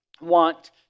want